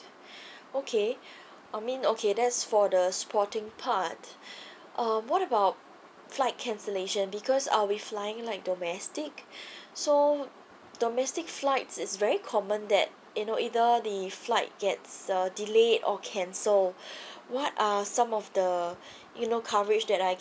okay I mean okay that's for the sporting part um what about flight cancellation because I'll be flying like domestic so domestic flights it's very common that you know either the flight get uh delayed or cancel what are some of the you know coverage that I can